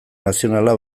nazionala